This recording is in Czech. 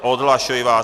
Odhlašuji vás.